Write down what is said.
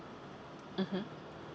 mmhmm